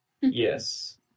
Yes